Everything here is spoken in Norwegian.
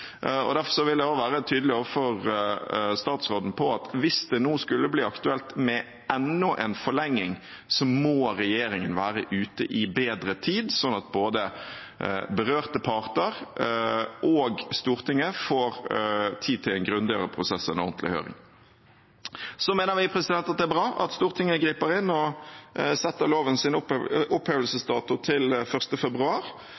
og det synes jeg ikke er greit. Derfor vil jeg være tydelig overfor statsråden på at hvis det skulle bli aktuelt med enda en forlenging, må regjeringen være ute i bedre tid, slik at både berørte parter og Stortinget får tid til en grundigere prosess og en ordentlig høring. Vi mener det er bra at Stortinget griper inn og setter